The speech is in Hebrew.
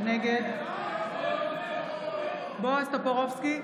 נגד בועז טופורובסקי,